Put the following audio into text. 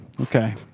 Okay